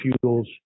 fuels